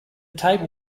table